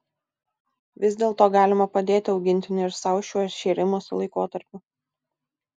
vis dėlto galima padėti augintiniui ir sau šiuo šėrimosi laikotarpiu